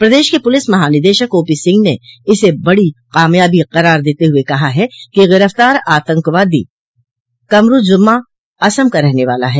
प्रदेश के पुलिस महानिदेशक ओपी सिंह ने इसे बड़ी कामयाबी करार देते हुए बताया है कि गिरफ्तार आतंकवादी कमरूज़्जमा असम का रहने वाला है